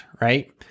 right